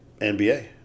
NBA